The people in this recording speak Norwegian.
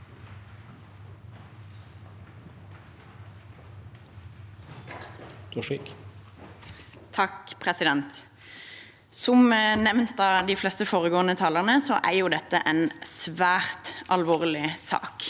(V) Som nevnt av de fleste foregående talerne, er dette en svært alvorlig sak,